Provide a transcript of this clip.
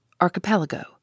Archipelago